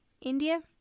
India